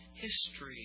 history